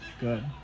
Good